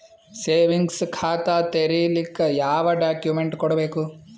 Savings ಖಾತಾ ತೇರಿಲಿಕ ಯಾವ ಡಾಕ್ಯುಮೆಂಟ್ ಕೊಡಬೇಕು?